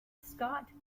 scott